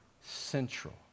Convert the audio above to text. central